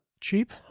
cheap